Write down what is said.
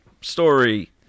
story